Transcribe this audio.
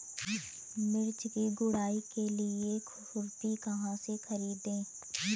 मिर्च की गुड़ाई के लिए खुरपी कहाँ से ख़रीदे?